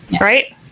right